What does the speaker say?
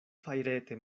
fajrete